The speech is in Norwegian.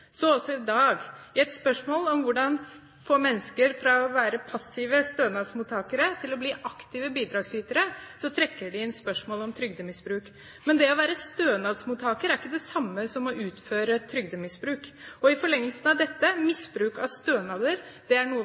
Så også i dag. I et spørsmål om hvordan få mennesker fra å være passive stønadsmottakere til å bli aktive bidragsytere, trekker de inn spørsmål om trygdemisbruk. Men det å være stønadsmottaker er ikke det samme som å utføre trygdemisbruk. I forlengelsen av dette – misbruk av stønader er noe vi alle er imot. Det er